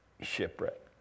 shipwreck